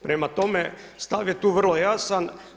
Prema tome, stav je tu vrlo jasan.